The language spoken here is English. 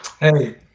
Hey